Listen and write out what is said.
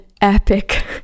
epic